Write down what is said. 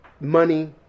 Money